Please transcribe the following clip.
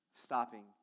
stopping